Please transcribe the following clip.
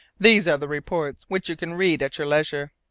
these are the reports, which you can read at your leisure.